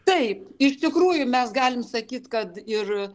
taip iš tikrųjų mes galim sakyt kad ir